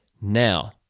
Now